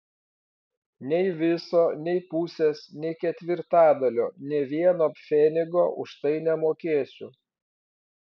nei viso nei pusės nei ketvirtadalio nė vieno pfenigo už tai nemokėsiu